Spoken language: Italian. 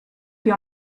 più